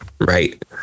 right